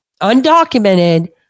undocumented